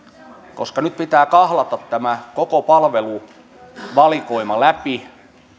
nyt pitää kahlata tämä koko palveluvalikoima läpi